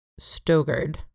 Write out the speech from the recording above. stogard